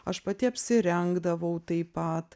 aš pati apsirengdavau taip pat